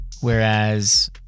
Whereas